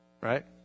right